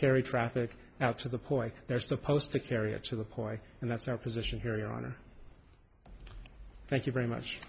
carry traffic out to the point they're supposed to carry it to the point and that's our position here your honor thank you very much